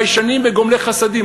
ביישנים וגומלי חסדים.